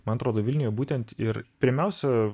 man atrodo vilniuje būtent ir pirmiausia